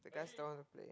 the guys don't wanna play